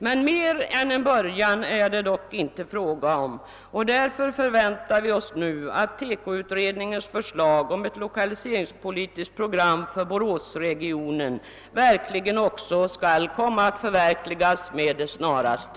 Men mer än en början är det inte fråga om, och därför förväntar vi oss nu att TEKO-utredningens förslag om ett lokaliseringspolitiskt program för Boråsregionen verkligen skall komma att förverkligas med det snaraste.